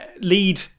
lead